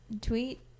tweet